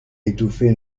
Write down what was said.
étouffer